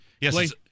Yes